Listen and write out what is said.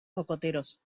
cocoteros